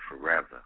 forever